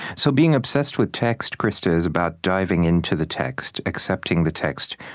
so being obsessed with text, krista, is about diving into the text, accepting the text,